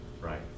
Right